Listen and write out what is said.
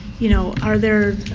you know, are there.